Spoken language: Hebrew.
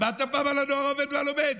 שמעת פעם על הנוער העובד והלומד?